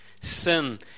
Sin